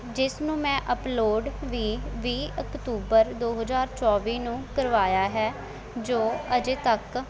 ਜਿਸ ਨੂੰ ਮੈਂ ਅਪਲੋਡ ਵੀ ਵੀਹ ਅਕਤੂਬਰ ਦੋ ਹਜ਼ਾਰ ਚੌਵੀ ਨੂੰ ਕਰਵਾਇਆ ਹੈ ਜੋ ਅਜੇ ਤੱਕ